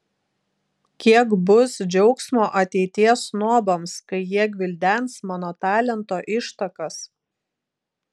kiek bus džiaugsmo ateities snobams kai jie gvildens mano talento ištakas